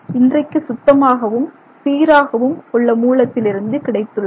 இன்றைக்கு சுத்தமாகவும் சீராகவும் உள்ள மூலத்திலிருந்தும் கிடைத்துள்ளது